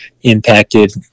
impacted